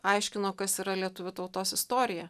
aiškino kas yra lietuvių tautos istorija